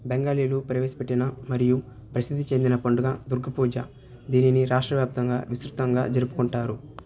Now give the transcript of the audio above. బెంగాలీలు ప్రవేశపెట్టిన మరియు ప్రసిద్ధి చెందిన పండుగ దుర్గ పూజ దీనిని రాష్ట్రవ్యాప్తంగా విస్తృతంగా జరుపుకుంటారు